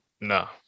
No